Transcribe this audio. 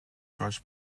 george